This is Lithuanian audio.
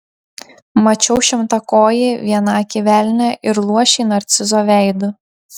mačiau šimtakojį vienakį velnią ir luošį narcizo veidu